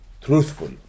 truthful